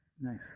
Nice